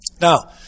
Now